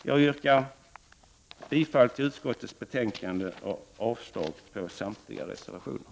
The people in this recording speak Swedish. Jag yrkar bifall till utskottets hemställan och avslag på samtliga reservationer.